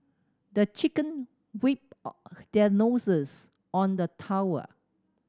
the chicken weep or their noses on the towel